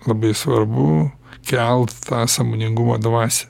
labai svarbu kelt tą sąmoningumo dvasią